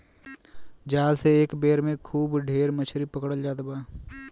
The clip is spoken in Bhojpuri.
जाल से एक बेर में खूब ढेर मछरी पकड़ल जात बा